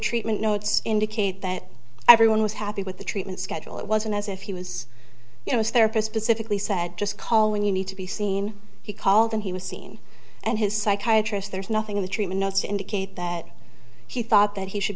treatment notes indicate that everyone was happy with the treatment schedule it wasn't as if he was you know as therapist specifically said just call when you need to be seen he called and he was seen and his psychiatry if there's nothing in the treatment notes to indicate that he thought that he should